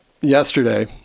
yesterday